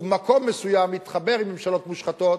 ובמקום מסוים התחבר עם ממשלות מושחתות.